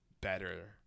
better